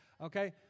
okay